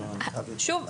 שוב,